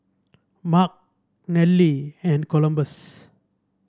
Mark Nelly and Columbus